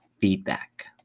feedback